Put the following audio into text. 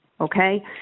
okay